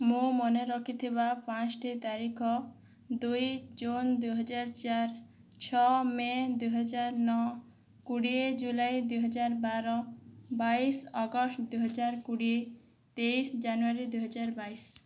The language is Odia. ମୁଁ ମନେ ରଖିଥିବା ପାଞ୍ଚଟି ତାରିଖ ଦୁଇ ଜୁନ୍ ଦୁଇହଜାର ଚାରି ଛଅ ମେ' ଦୁଇହଜାର ନଅ କୋଡ଼ିଏ ଜୁଲାଇ ଦୁଇହଜାର ବାର ବାଇଶ ଅଗଷ୍ଟ ଦୁଇହଜାର କୋଡ଼ିଏ ତେଇଶ ଜାନୁୟାରୀ ଦୁଇହଜାର ବାଇଶ